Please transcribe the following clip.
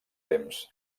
temps